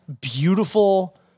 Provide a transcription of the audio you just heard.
beautiful